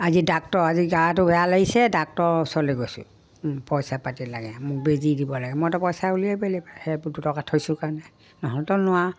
আজি ডাক্তৰ আজি গাটো বেয়া লাগিছে ডাক্তৰৰ ওচৰলৈ গৈছোঁ পইচা পাতি লাগে মোক বেজী দিব লাগে মইতো পইচা উলিয়াবই লাগিব সেই দুটকা থৈছোঁ কাৰণে নহ'লেতো নোৱাৰোঁ